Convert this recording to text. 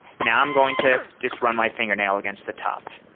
now, i'm going to just run my fingernail against the top.